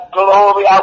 glory